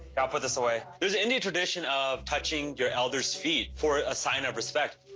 i'll put this away. there's an indian tradition of touching your elder's feet for a sign of respect.